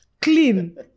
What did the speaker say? clean